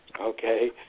okay